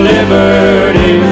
Liberty